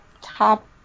top